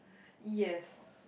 yes